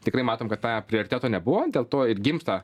tikrai matom kad tą prioriteto nebuvo dėl to ir gimsta